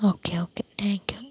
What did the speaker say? okay okay thank you